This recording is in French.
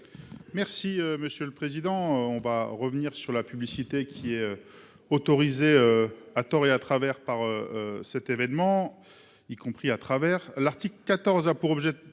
Merci monsieur le président. On va revenir sur la publicité qui est. Autorisé à tort et à travers par. Cet événement, y compris à travers l'Arctique 14